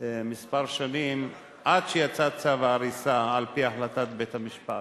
כמה שנים עד שיצא צו ההריסה על-פי החלטת בית-המשפט.